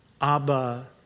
Abba